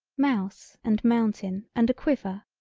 mouse and mountain and a quiver,